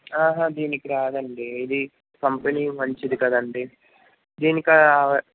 ఆహా దీనికి రాదు అండి ఇది కంపెనీ మంచిది కదా అండి దీనికా